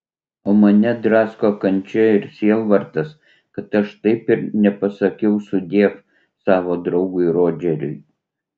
o mane drasko kančia ir sielvartas kad aš taip ir nepasakiau sudiev savo draugui rodžeriui